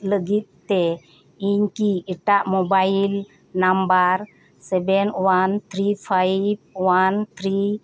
ᱞᱟᱹᱜᱤᱫ ᱛᱮ ᱤᱧᱠᱤ ᱮᱴᱟᱜ mobile number seven one three five one three